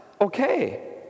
okay